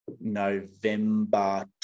November